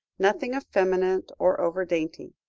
nothing effeminate or over-dainty.